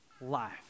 life